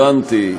הבנתי.